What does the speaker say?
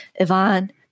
Ivan